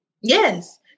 Yes